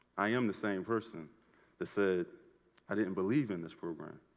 i am the same person that said i didn't believe in this program.